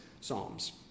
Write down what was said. psalms